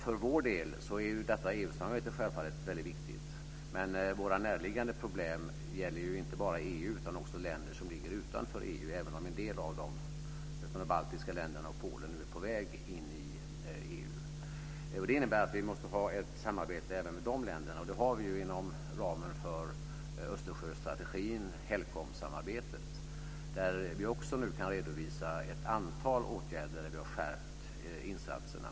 För vår del är detta EU-samarbete självfallet mycket viktigt, men våra närliggande problem gäller inte bara EU utan också länder som ligger utanför EU, även om en del av dem, t.ex. de baltiska länderna och Polen, är på väg in i EU. Det innebär att vi måste ha ett samarbete även med de länderna. Det har vi inom ramen för Östersjöstrategin, HELCOM samarbetet. Vi kan nu också redovisa ett antal åtgärder där vi har skärpt insatserna.